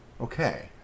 okay